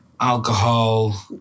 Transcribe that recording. alcohol